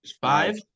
five